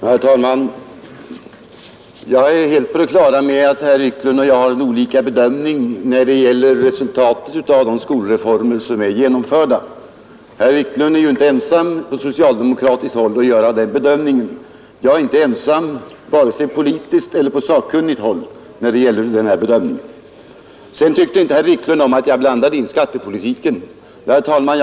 Herr talman! Jag är helt på det klara med att herr Wiklund i Härnösand och jag har olika bedömning när det gäller resultatet av de skolreformer som är genomförda. Herr Wiklund är ju inte ensam på den socialdemokratiska sidan att göra sin bedömning. Jag är inte ensam vare sig på politiskt eller sakkunnigt håll när det gäller min bedömning. Herr Wiklund tyckte inte om att jag här blandade in skattepolitiken. Herr talman!